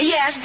Yes